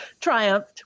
triumphed